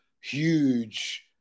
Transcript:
huge